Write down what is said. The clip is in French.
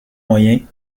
moyens